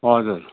हजुर